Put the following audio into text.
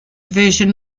version